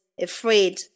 afraid